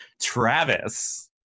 Travis